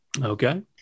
Okay